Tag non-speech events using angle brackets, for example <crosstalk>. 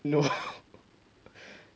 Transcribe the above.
no <laughs>